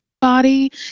body